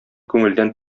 күңелдән